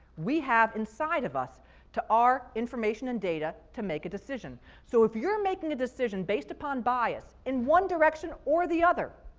we have inside of us to our information and data to make a decision. so if you're making a decision based upon bias in one direction or the other,